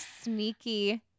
sneaky